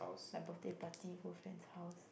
my birthday party go friend's house